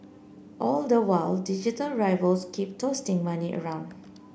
all the while digital rivals keep toasting money around